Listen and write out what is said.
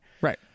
right